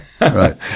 Right